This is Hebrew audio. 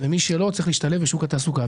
אבל מי שלא לומד צריך להשתלב בשוק התעסוקה,